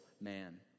man